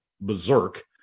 berserk